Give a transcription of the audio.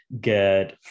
get